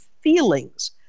feelings